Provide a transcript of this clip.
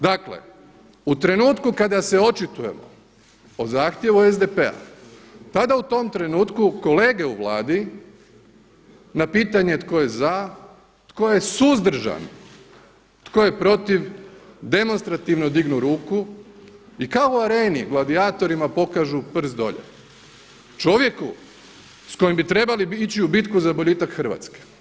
Dakle, u trenutku kada se očitujemo o zahtjevu SDP-a tada u tom trenutku kolege u Vladi na pitanje tko je za, tko je suzdržan, tko je protiv demonstrativno dignu ruku i kao u areni gladijatorima pokažu prst dolje, čovjeku s kojim bi trebali ići u bitku za boljitak Hrvatske.